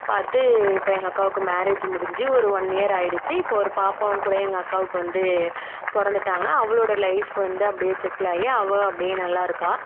பார்த்து இப்போ எங்கள் அக்காவுக்கு மேரேஜ் முடிஞ்சு ஒரு ஒன் இயர் ஆகிடுச்சி இப்போ ஒரு பாப்பாவும் கூட எங்கள் அக்காவுக்கு வந்து பிறந்துட்டாங்க அவளோடய லைஃப் வந்து அப்படியே செட்டிலாயி அவள் அப்படியே நல்லாயிருக்கா